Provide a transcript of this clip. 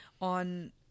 on